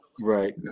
Right